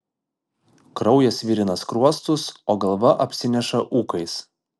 kraujas virina skruostus o galva apsineša ūkais